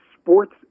sports